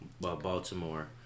Baltimore